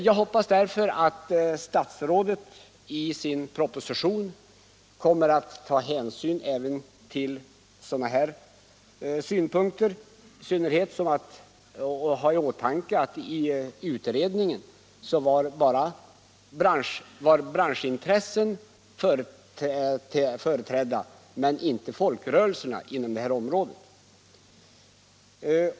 Jag hoppas att statsrådet i sin proposition kommer att ta hänsyn även till sådana här synpunkter och i synnerhet ha i åtanke att i utredningen var branschintressen företrädda men inte folkrörelserna inom området.